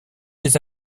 les